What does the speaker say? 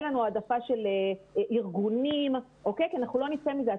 אין לנו העדפה של ארגונים כי לא נצא מזה.